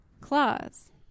Claws